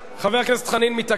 חבר הכנסת חנין מתעקש,